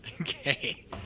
Okay